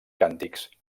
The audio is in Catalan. càntics